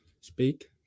Speak